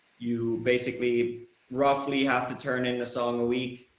you basically roughly have to turn in a song a week.